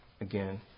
again